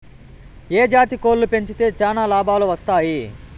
ఏ జాతి కోళ్లు పెంచితే చానా లాభాలు వస్తాయి?